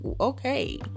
okay